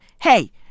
hey